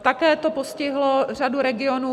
Také to postihlo řadu regionů.